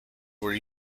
were